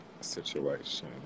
situation